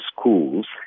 schools